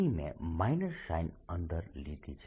અહીં મેં minus sign અંદર લીધી છે